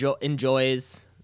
enjoys